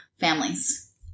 Families